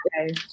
okay